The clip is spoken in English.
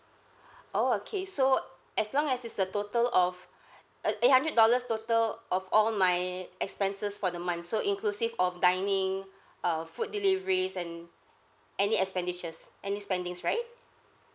oh okay so as long as it's a total of uh eight hundred dollars total of all my expenses for the month so inclusive of dining uh food deliveries and any expenditures any spendings right